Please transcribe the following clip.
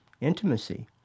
intimacy